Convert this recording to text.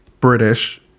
British